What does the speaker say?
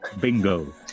Bingo